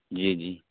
جی جی